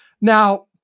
Now